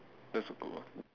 that's a good one